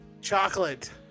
Chocolate